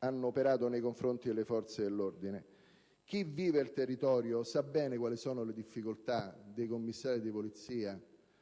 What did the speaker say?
operati nei confronti delle forze dell'ordine. Chi vive il territorio sa bene quali siano le difficoltà che affrontano i commissariati di Polizia